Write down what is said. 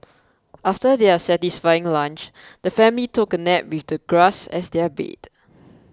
after their satisfying lunch the family took a nap with the grass as their bed